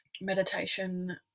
meditation